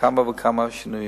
כמה וכמה שינויים.